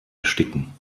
ersticken